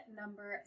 number